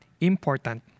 important